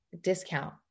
Discount